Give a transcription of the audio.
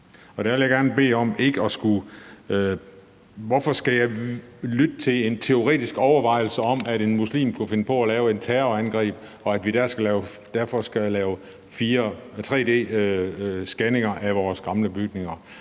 jeg er en dum taktik. Hvorfor skal jeg lytte til en teoretisk overvejelse om, at en muslim kunne finde på at lave et terrorangreb, og at vi derfor skal lave tre-d-scanninger af vores gamle bygninger.